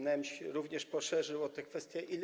Nemś również poszerzył o te kwestie.